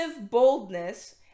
boldness